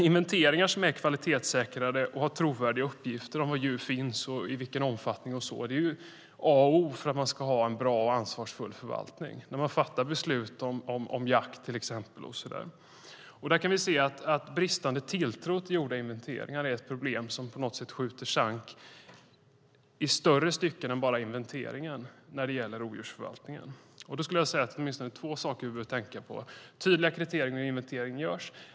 Inventeringar som är kvalitetssäkrade och ger trovärdiga uppgifter om var djur finns och i vilken omfattning är A och O för att få en bra och ansvarsfull förvaltning, till exempel vid beslut om jakt. Bristande tilltro till gjorda inventeringar är ett problem som i större stycken skjuter inte bara inventeringen i sank när det gäller rovdjursförvaltningen. Det finns åtminstone två saker vi behöver tänka på. Det ska vara tydliga kriterier för inventeringar.